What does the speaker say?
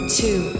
two